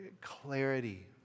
clarity